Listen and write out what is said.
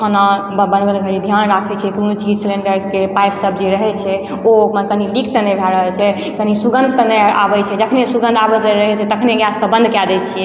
खाना बनबैत घड़ी ध्यान राखै छियै कोनो चीज सिलेण्डरके जे पाइप सभ जे रहै छै ओ अपना कनि लीक तऽ नहि भए रहल छै कनि सुगन्ध तऽ नहि आबै छै जखने सुगन्ध आबैत रहै छै तखने गैसके बन्द कए दै छियै